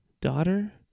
daughter